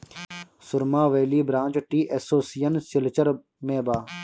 सुरमा valley branch tea association Silchar में बा